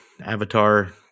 avatar